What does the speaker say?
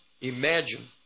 imagine